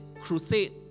crusade